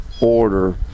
order